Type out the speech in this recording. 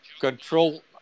control